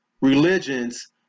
religions